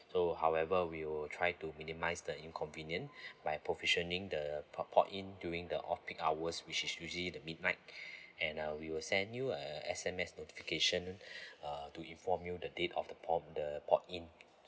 so however we will try to minimise the inconvenient by provisioning the pod pod in during the off peak hours which is usually in the midnight and uh we will send you uh S_M_S notification uh to inform you the date of the pod pod in